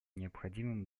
необходимым